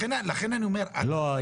לכן אני אומר --- לא,